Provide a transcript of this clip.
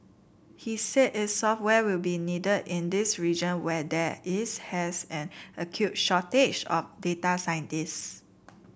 he said its software will be needed in this region where there is has an acute shortage of data scientist